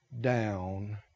down